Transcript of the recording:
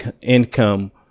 income